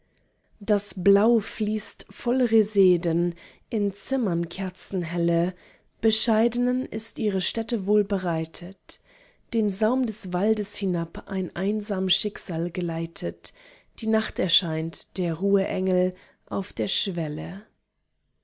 das blau fließt voll reseden in zimmern kerzenhelle bescheidenen ist ihre stätte wohl bereitet den saum des walds hinab ein einsam schicksal gleitet die nacht erscheint der ruhe engel auf der schwelle